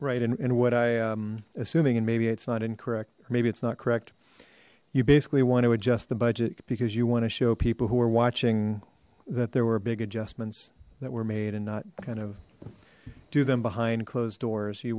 right and what i am assuming and maybe it's not incorrect maybe it's not correct you basically want to adjust the budget because you want to show people who are watching that there were big adjustments that were made and not kind of do them behind closed doors you